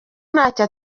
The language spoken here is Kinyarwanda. ntacyo